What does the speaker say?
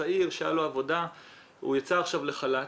צעיר שהיתה לו עבודה ויצא לחל"ת,